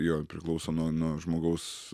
jo priklauso nuo nuo žmogaus